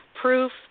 proof